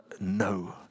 No